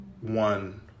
one